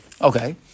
Okay